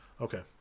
Okay